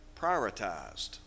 prioritized